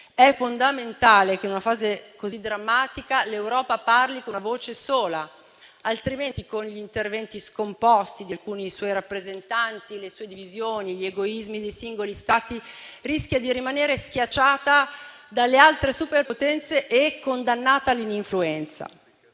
È fondamentale che, in una fase così drammatica, l'Europa parli con una voce sola; altrimenti con gli interventi scomposti di alcuni suoi rappresentanti, le sue divisioni, gli egoismi dei singoli Stati, rischia di rimanere schiacciata dalle altre superpotenze e condannata all'ininfluenza.